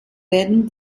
werden